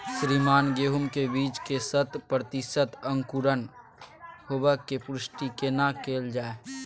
श्रीमान गेहूं के बीज के शत प्रतिसत अंकुरण होबाक पुष्टि केना कैल जाय?